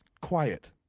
quiet